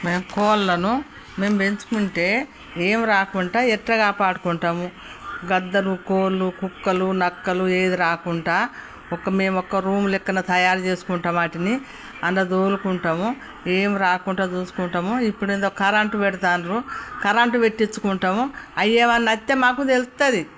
మేం కోళ్ళను మేం పెంచుకుంటే ఏం రాకుండా ఎలా కాపాడుకుంటాము గద్దలు కోళ్ళు కుక్కలు నక్కలు ఏది రాకుంటా ఒక మేం ఒక్క రూమ్ లెక్కన తయారు చేసుకుంటాం వాటిని అంద్ల తోలుకుంటాము ఏం రాకుంటా చూసుకుంటాము ఇప్పుడేదో కరెంట్ పెడతాండ్రు కరెంట్ పెట్టించు కుంటాము అయ్యేమన్నొత్తే మాకూ తెలుస్తాది